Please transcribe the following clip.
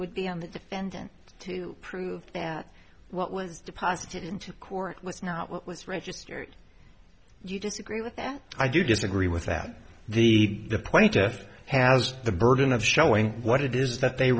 would be on the defendant to prove that what was deposited into court was not what was registered you disagree with that i do disagree with that the point death has the burden of showing what it is that they